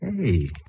Hey